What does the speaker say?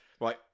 Right